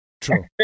True